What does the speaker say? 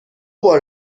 بار